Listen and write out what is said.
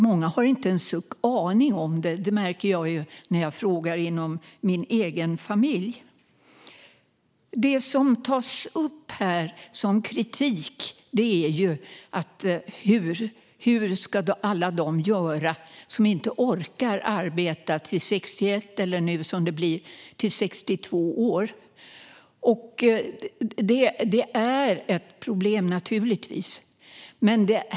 Många har inte en aning - det märker jag när jag frågar min egen familj. Den kritik som tas upp här gäller hur alla ska göra som inte orkar arbeta till 61 eller, som det nu blir, till 62 års ålder. Det är naturligtvis ett problem.